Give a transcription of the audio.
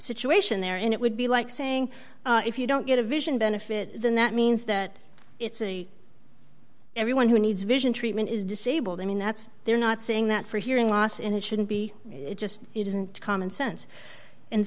situation there and it would be like saying if you don't get a vision benefit then that means that it's everyone who needs vision treatment is disabled i mean that's they're not saying that for hearing loss and it shouldn't be it just isn't common sense and